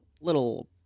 little